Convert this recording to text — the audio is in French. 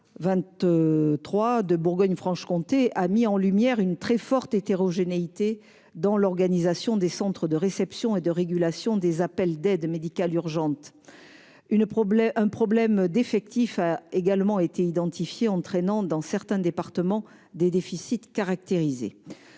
de Bourgogne-Franche-Comté a mis en lumière une très forte hétérogénéité dans l'organisation des centres de réception et de régulation des appels (CRRA) d'aide médicale urgente. Une problématique d'effectifs a également été identifiée, entraînant dans certains départements des déficits caractérisés.